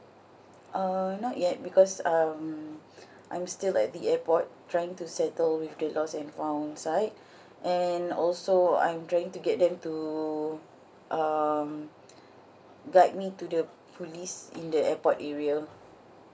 uh not yet because um I'm still at the airport trying to settle with the lost and found side and also I'm trying to get them to um guide me to the police in the airport area